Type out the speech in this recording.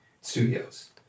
Studios